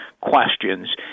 questions